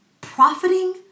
Profiting